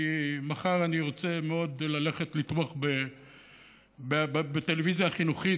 כי מחר אני רוצה מאוד ללכת לתמוך בטלוויזיה החינוכית.